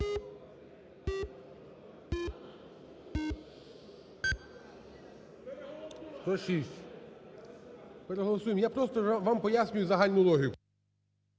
Я просто вам пояснюю загальну логіку.